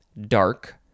dark